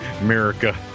America